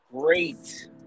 great